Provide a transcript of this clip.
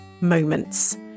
moments